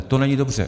To není dobře.